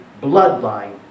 bloodline